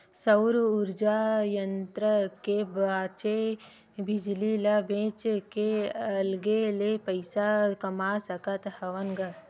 सउर उरजा संयत्र के बाचे बिजली ल बेच के अलगे ले पइसा कमा सकत हवन ग